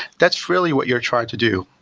that's really what you're trying to do.